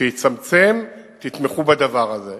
שיצמצם, תתמכו בדבר הזה.